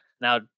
now